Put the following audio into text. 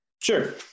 Sure